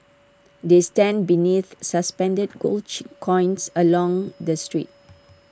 they stand beneath suspended gold coins along the street